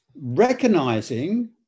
recognizing